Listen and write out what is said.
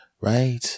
right